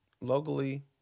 locally